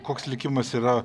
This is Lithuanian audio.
koks likimas yra